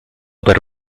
per